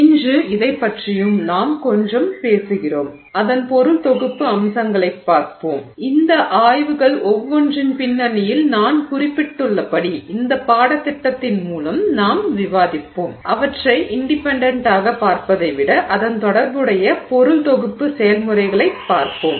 இன்று இதைப் பற்றியும் நாம் கொஞ்சம் பேசுகிறோம் அதன் பொருள் தொகுப்பு அம்சங்களைப் பார்ப்போம் இந்த ஆய்வுகள் ஒவ்வொன்றின் பின்னணியில் நான் குறிப்பிட்டுள்ளபடி இந்த பாடத்திட்டத்தின் மூலம் நாம் விவாதிப்போம் அவற்றை இண்டிபெண்டண்டாக பார்ப்பதை விட அதன் தொடர்புடைய பொருள் தொகுப்பு செயல்முறைகளைப் பார்ப்போம்